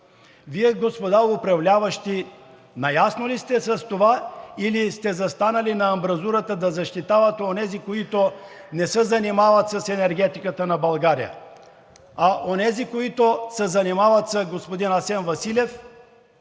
Господа управляващи, Вие наясно ли сте с това, или сте застанали на амбразурата да защитавате онези, които не се занимават с енергетиката на България, онези, които се занимават с господин Асен Василев,